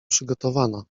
przygotowana